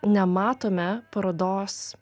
nematome parodos